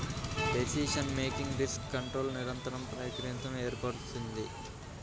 decision making risk కంట్రోల్ల నిరంతర ప్రక్రియను ఏర్పరుస్తుంది